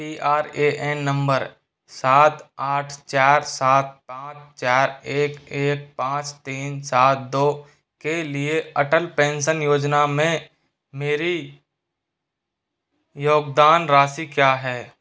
P R A N number सात आठ चार सात पाँच चार एक एक पाँच तीन सात दो के लिए अटल पेंसन योजना में मेरी योगदान राशि क्या है